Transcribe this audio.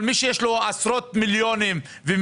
אבל מי שיש לו עשרות מיליונים ומאות